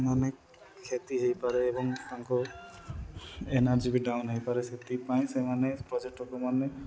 ସେମାନେ କ୍ଷତି ହେଇପାରେ ଏବଂ ତାଙ୍କ ଏନର୍ଜି ବି ଡାଉନ ହେଇପାରେ ସେଥିପାଇଁ ସେମାନେ ପର୍ଯ୍ୟଟକମାନେ